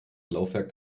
laufwerk